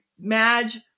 Madge